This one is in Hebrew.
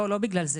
לא, לא בגלל זה.